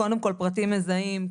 קודם כל פרטים מזהים,